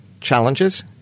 challenges